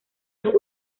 los